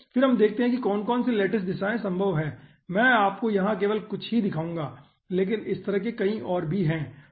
फिर हम देखते हैं कि कौन कौन सी लैटिस दिशाएं संभव हैं मैं आपको यहाँ केवल कुछ ही दिखाऊँगा लेकिन इस तरह के कई और भी हैं